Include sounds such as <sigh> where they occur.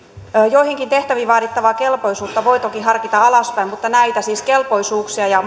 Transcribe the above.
joihinkin tehtäviin vaadittavaa kelpoisuutta voi toki harkita alaspäin mutta näitä siis kelpoisuuksia ja <unintelligible>